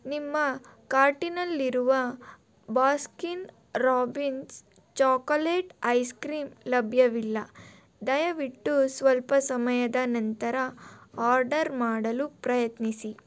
ನಿಮ್ಮ ಕಾರ್ಟಿನಲ್ಲಿರುವ Baskin Robbins chocolate ice cream ಲಭ್ಯವಿಲ್ಲ ದಯವಿಟ್ಟು ಸ್ವಲ್ಪ ಸಮಯದ ನಂತರ ಆರ್ಡರ್ ಮಾಡಲು ಪ್ರಯತ್ನಿಸಿ